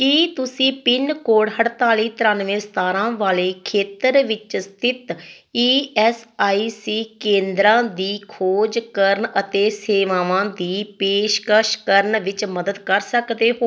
ਕੀ ਤੁਸੀਂ pin code ਅਠਤਾਲੀ ਤਰਾਂਨਵੇਂ ਸਤਾਰਾਂ ਵਾਲੇ ਖੇਤਰ ਵਿੱਚ ਸਥਿਤ ਈ ਐੱਸ ਆਈ ਸੀ ਕੇਂਦਰਾਂ ਦੀ ਖੋਜ ਕਰਨ ਅਤੇ ਸੇਵਾਵਾਂ ਦੀ ਪੇਸ਼ਕਸ਼ ਕਰਨ ਵਿੱਚ ਮਦਦ ਕਰ ਸਕਦੇ ਹੋ